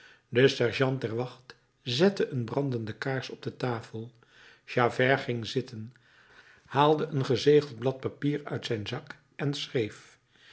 de sergeant der wacht zette een brandende kaars op de tafel javert ging zitten haalde een gezegeld blad papier uit zijn zak en schreef